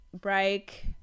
break